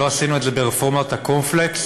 לא עשינו את זה ברפורמת הקורנפלקס,